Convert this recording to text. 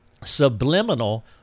subliminal